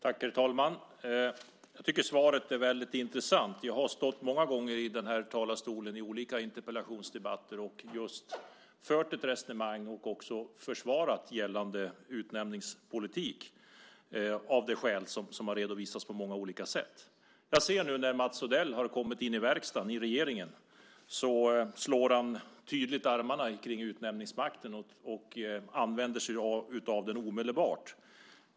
Herr talman! Jag tycker att svaret är väldigt intressant. Jag har många gånger stått i den här talarstolen i olika interpellationsdebatter och fört ett resonemang kring och också försvarat gällande utnämningspolitik av de skäl som har redovisats på många olika sätt. När Mats Odell nu har kommit in i regeringen slår han tydligt armarna kring utnämningsmakten och använder sig av den omedelbart.